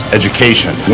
education